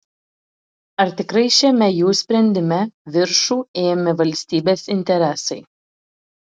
ar tikrai šiame jų sprendime viršų ėmė valstybės interesai